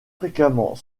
fréquemment